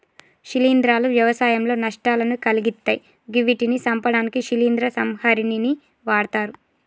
శిలీంద్రాలు వ్యవసాయంలో నష్టాలను కలిగిత్తయ్ గివ్విటిని సంపడానికి శిలీంద్ర సంహారిణిని వాడ్తరు